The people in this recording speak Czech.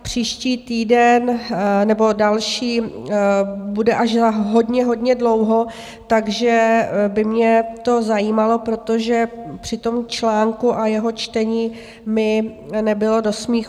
Příští týden nebo další bude až za hodně, hodně dlouho, takže by mě to zajímalo, protože při tom článku a jeho čtení mi nebylo moc do smíchu.